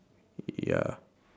ya